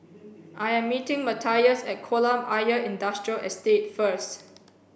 I am meeting Matias at Kolam Ayer Industrial Estate first